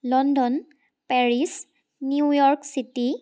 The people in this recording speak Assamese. London Paris New York city